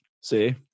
See